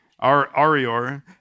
Arior